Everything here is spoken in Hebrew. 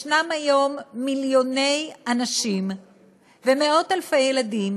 יש היום מיליוני אנשים ומאות אלפי ילדים